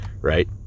right